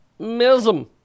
Mism